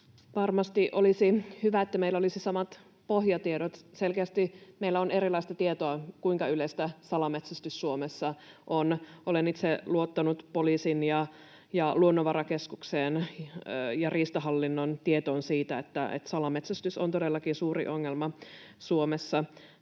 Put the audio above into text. Varmasti olisi hyvä, että meillä olisi samat pohjatiedot. Selkeästi meillä on erilaista tietoa, kuinka yleistä salametsästys Suomessa on. Olen itse luottanut poliisin, Luonnonvarakeskuksen ja Riistahallinnon tietoon siitä, että salametsästys on todellakin suuri ongelma Suomessa.